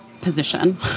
position